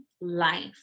life